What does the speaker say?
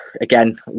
again